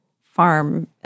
farm